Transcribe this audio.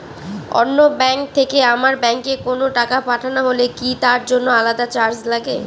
অন্য ব্যাংক থেকে আমার ব্যাংকে কোনো টাকা পাঠানো হলে কি তার জন্য আলাদা চার্জ লাগে?